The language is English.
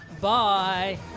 Bye